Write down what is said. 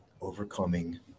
Overcoming